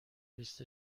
لیست